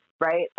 right